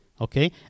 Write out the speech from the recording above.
Okay